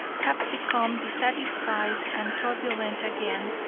have become dissatisfied and turbulent again,